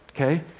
Okay